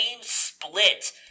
split